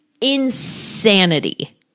insanity